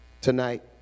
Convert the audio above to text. tonight